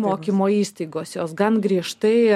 mokymo įstaigos jos gan griežtai